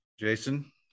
Jason